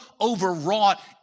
overwrought